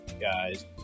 guys